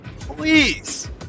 please